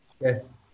Yes